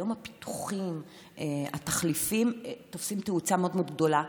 היום התחליפים תופסים תאוצה גדולה.